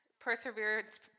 perseverance